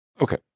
okay